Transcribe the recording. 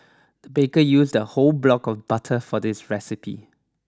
the baker used a whole block of butter for this recipe